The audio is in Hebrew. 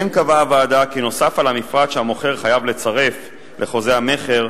כן קבעה הוועדה כי נוסף על המפרט שהמוכר חייב לצרף לחוזה המכר,